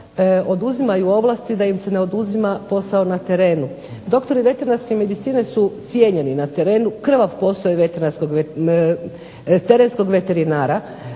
oduzimaju ovlasti, da im se ne oduzima posao na terenu. Doktori veterinarske medicine su cijenjeni na terenu. Krvav posao je terenskog veterinara.